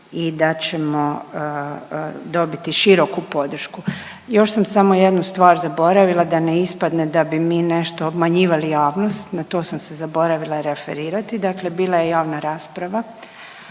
i da ćemo dobiti široku podršku. Još sam samo jednu stvar zaboravila da ne ispadne da bi mi nešto obmanjivali javnost, na to sam se zaboravila referirati. Dakle, bila je javna rasprava,